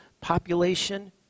population